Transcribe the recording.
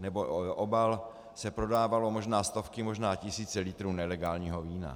nebo obal se prodávaly možná stovky, možná tisíce litrů nelegálního vína.